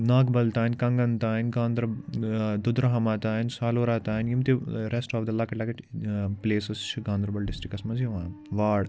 ناگبَل تانۍ کَنٛگَن تانۍ گانٛدَر دُدرہَما تانۍ سالورا تانۍ یِم تہِ رٮ۪سٹ آف دَ لَکٕٹۍ لَکٕٹۍ پٕلیٚسٕز چھِ گانٛدَربَل ڈِسٹِرٛکَس مَنٛز یِوان واڑ